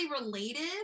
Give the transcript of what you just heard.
related